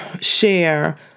share